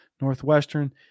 Northwestern